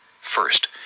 First